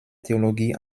theologie